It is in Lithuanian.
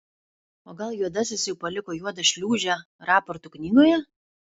o gal juodasis jau paliko juodą šliūžę raportų knygoje